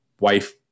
wife